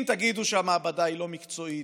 אם תגידו שהמעבדה היא לא מקצועית,